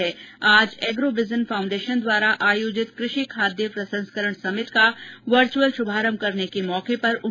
वे आज Agrovision foundation द्वारा आयोजित कृषि खादय प्रसंस्करण समिट का वर्चअल शुभारंभ के मौके पर बोल रहे थे